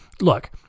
look